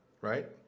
right